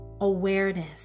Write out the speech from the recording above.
awareness